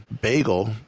Bagel